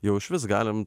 jau išvis galim